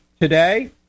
today